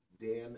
Dan